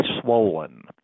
swollen